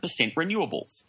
renewables